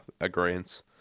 agreements